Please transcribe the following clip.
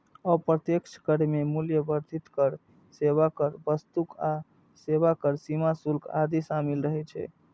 अप्रत्यक्ष कर मे मूल्य वर्धित कर, सेवा कर, वस्तु आ सेवा कर, सीमा शुल्क आदि शामिल रहै छै